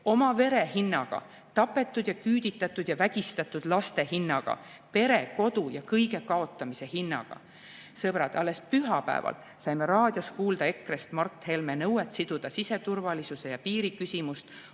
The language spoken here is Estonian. oma vere hinnaga, tapetud, küüditatud ja vägistatud laste hinnaga, pere, kodu ja kõige kaotamise hinnaga. Sõbrad, alles pühapäeval saime raadiost kuulda EKRE [liikme] Mart Helme nõuet siduda siseturvalisuse ja piiri küsimust